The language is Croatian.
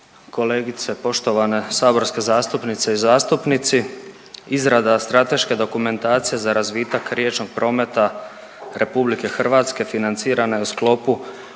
kolegice poštovane saborske zastupnice i zastupnici. Izrada strateške dokumentacije za razvitak riječnog prometa Republike Hrvatske financirana je u sklopu